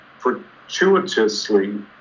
fortuitously